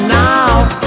now